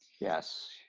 Yes